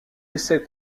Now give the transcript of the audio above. essai